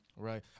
Right